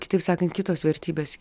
kitaip sakant kitos vertybės